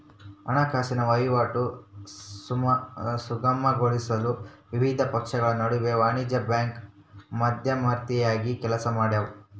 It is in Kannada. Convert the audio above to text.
ಹಣಕಾಸಿನ ವಹಿವಾಟು ಸುಗಮಗೊಳಿಸಲು ವಿವಿಧ ಪಕ್ಷಗಳ ನಡುವೆ ವಾಣಿಜ್ಯ ಬ್ಯಾಂಕು ಮಧ್ಯವರ್ತಿಯಾಗಿ ಕೆಲಸಮಾಡ್ತವ